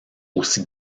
aussi